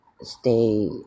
stay